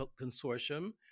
consortium